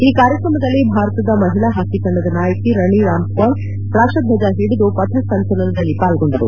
ಈ ಕಾರ್ಯಕ್ರಮದಲ್ಲಿ ಭಾರತದ ಮಹಿಳಾ ಹಾಕಿ ತಂಡದ ನಾಯಕಿ ರಾಣಿ ರಾಮ್ಪಾಲ್ ರಾಷ್ಟರ್ಜ ಹಿಡಿದು ಪಥ ಸಂಚಲನದಲ್ಲಿ ಪಾಲ್ಗೊಂಡರು